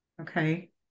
Okay